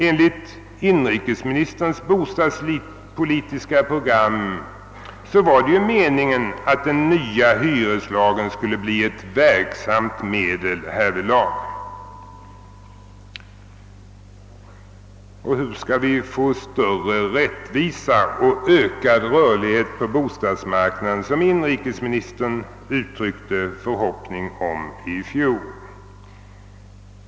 Enligt inrikesministerns bostadspolitiska program var det meningen, att den nya hyreslagen skulle bli ett verksamt medel härvidlag. Hur skall vi få större rättvisa och ökad rörlighet på bostadsmarknaden, något som inrikesministern uttryckte en förhoppning om i fjol?